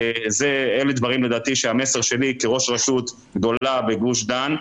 אלה דברים לדעתי שהמסר שלי כראש רשות גדולה בגוש דן,